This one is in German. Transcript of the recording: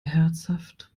herzhaft